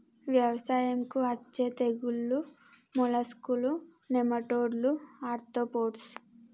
వ్యవసాయంకు అచ్చే తెగుల్లు మోలస్కులు, నెమటోడ్లు, ఆర్తోపోడ్స్